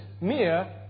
mere